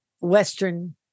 Western